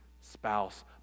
spouse